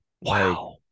Wow